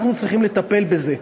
אנחנו צריכים לטפל בזה,